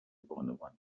بانوان